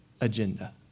agenda